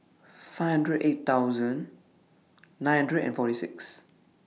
five hundred eight thousand nine hundred and forty six